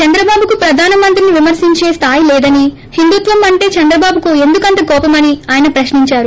చంద్రబాబుకు ప్రధాని మంత్రిని విమర్పించే స్థాయి లేదని హిందుత్వం అంటే చంద్రబాబుకు ఎందు కంత కోపమని ఆయన ప్రశ్నించారు